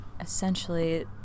essentially